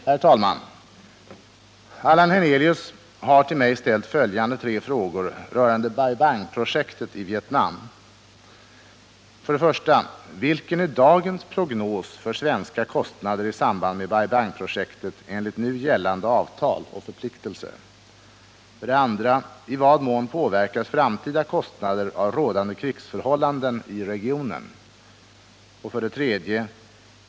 Herr talman! Allan Hernelius har till mig ställt följande tre frågor rörande Bai Bang-projektet i Vietnam. 1. Vilken är dagens prognos för svenska kostnader i samband med Bai Bang-projektet enligt nu gällande avtal och förpliktelser? 2. I vad mån påverkas framtida kostnader av rådande krigsförhållanden i regionen? 3.